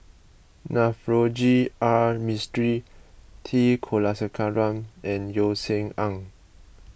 Navroji R Mistri T Kulasekaram and Yeo Seng Ah